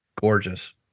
gorgeous